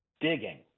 digging